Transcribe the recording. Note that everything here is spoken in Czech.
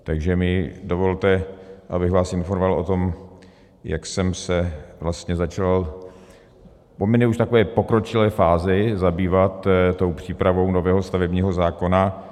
Takže mi dovolte, abych vás informoval o tom, jak jsem se vlastně začal poměrně už v takové pokročilé fázi zabývat tou přípravou nového stavebního zákona.